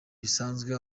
bisanzwe